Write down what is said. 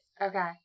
Okay